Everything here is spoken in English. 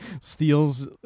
steals